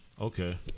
Okay